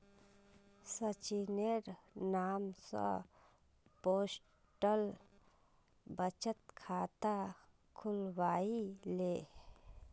सचिनेर नाम स पोस्टल बचत खाता खुलवइ ले